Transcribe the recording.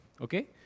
okay